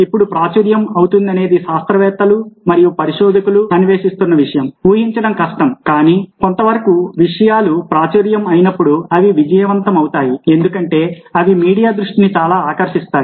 ఇప్పుడు ప్రాచుర్యము అవుతుందనేది శాస్త్రవేత్తలు మరియు పరిశోధకులు అన్వేషిస్తున్న విషయం ఊహించడం కష్టం కానీ కొంత వరకు విషయాలు ప్రాచుర్యము అయినప్పుడు అవి విజయవంతమవుతాయి ఎందుకంటే అవి మీడియా దృష్టిని చాలా ఆకర్షిస్తాయి